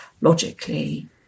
logically